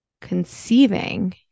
conceiving